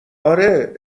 آره